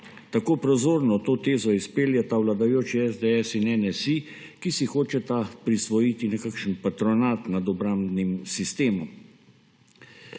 Tako prozorno to tezo izpeljeta vladajoči SDS in NSi, ki si hočeta prisvojiti nekakšen patronat nad obrambnim sistemom.